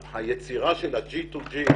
היצירה של ה-ג'י טו ג'י,